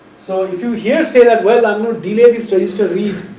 so, if you here say that well unknown delay this register read,